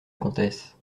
comtesse